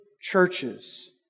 churches